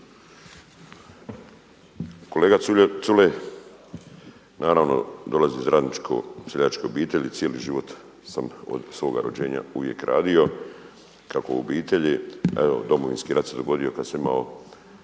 Kolega Culej, naravno dolazim iz radničko seljačke obitelji, cijeli život sam od svoga rođenja uvijek radio kako u obitelji. Evo Domovinski rat se dogodio kada sam imao